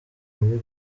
muri